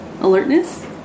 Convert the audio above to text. Alertness